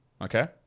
Okay